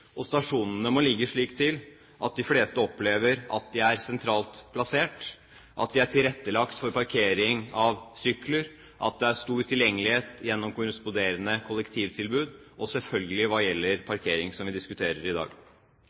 og stasjonene må ligge slik til at de fleste opplever at de er sentralt plassert, at de er tilrettelagt for parkering av sykler, at det er stor tilgjengelighet gjennom korresponderende kollektivtilbud og selvfølgelig hva gjelder parkering, som vi diskuterer i dag.